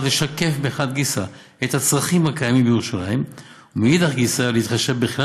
לשקף מחד גיסא את הצרכים הקיימים בירושלים ומאידך גיסא להתחשב בכלל